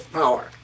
power